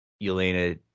Elena